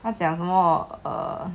他讲什么 uh